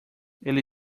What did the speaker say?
ele